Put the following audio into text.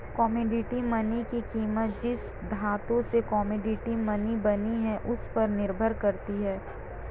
commodity money की कीमत जिस धातु से कोमोडिटी मनी बनी है उस पर निर्भर करती है